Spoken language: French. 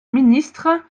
ministre